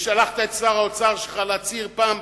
ושלחת את שר האוצר שלך להצהיר פעם,